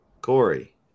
Corey